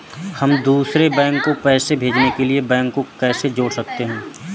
हम दूसरे बैंक को पैसे भेजने के लिए बैंक को कैसे जोड़ सकते हैं?